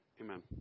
Amen